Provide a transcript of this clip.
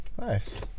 Nice